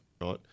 right